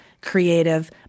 creative